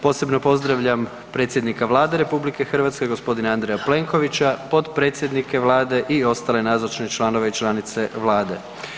Posebno pozdravljam predsjednika Vlade RH g. Andreja Plenkovića, potpredsjednike vlade i ostale nazočne članove i članice vlade.